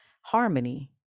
harmony